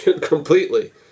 completely